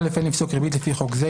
"(א)אין לפסוק ריבית לפי חוק זה,